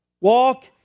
Walk